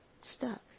stuck